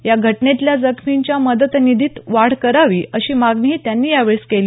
या घटनेतल्या जखमींच्या मदतनिधीत वाढ करावी अशी मागणीही त्यांनी यावेळेस केली